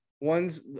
one's